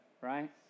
Right